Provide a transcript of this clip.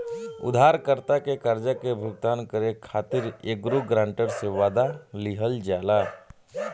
उधारकर्ता के कर्जा के भुगतान करे खातिर एगो ग्रांटर से, वादा लिहल जाला